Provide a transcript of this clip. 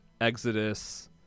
exodus